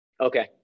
Okay